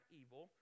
evil